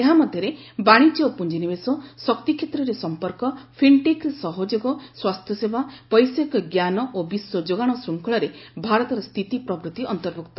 ଏହା ମଧ୍ୟରେ ବାଣିଜ୍ୟ ଓ ପୁଞ୍ଜି ନିବେଶ ଶକ୍ତିକ୍ଷେତ୍ରରେ ସଂପର୍କ ଫିନ୍ଟେକ୍ରେ ସହଯୋଗ ସ୍ୱାସ୍ଥ୍ୟସେବା ବୈଷୟିକ ଜ୍ଞାନା ଓ ବିଶ୍ୱ ଯୋଗାଣ ଶୃଙ୍ଖଳରେ ଭାରତର ସ୍ଥିତି ପ୍ରଭୃତି ଅନ୍ତର୍ଭୁକ୍ତ